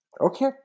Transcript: Okay